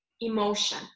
emotion